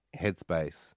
headspace